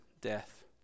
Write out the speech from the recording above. death